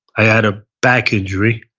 i had a back injury.